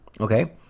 Okay